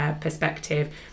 perspective